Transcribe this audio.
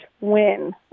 win